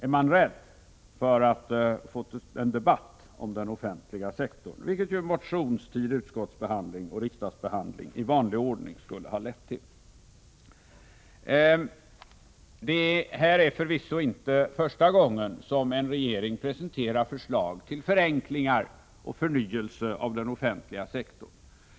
Är man rädd för att få en debatt om den offentliga sektorn, vilket ju en motion i utskottsbehandling och riksdagsbehandling i vanlig ordning skulle ha lett till? Det här är förvisso inte första gången som en regering presenterar förslag till förenklingar och förnyelse av den offentliga sektorn.